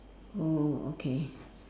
oh o~ okay